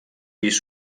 pis